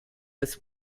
this